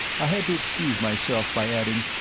i had to excuse myself by adding,